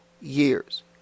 years